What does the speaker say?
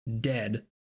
dead